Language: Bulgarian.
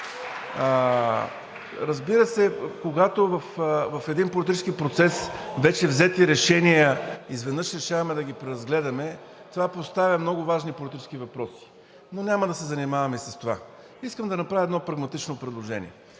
разбира се, когато в един политически процес вече взети решения изведнъж решаваме да ги преразгледаме, това поставя много важни политически въпроси, но няма да се занимавам с това. Искам да направя едно прагматично предложение